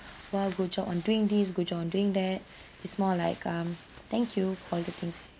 !wow! good job on doing this good job on doing that it's more like um thank you for all the things that you've